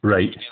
Right